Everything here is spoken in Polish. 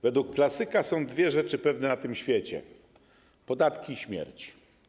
Według klasyka są dwie rzeczy pewne na tym świecie: podatki i śmierć.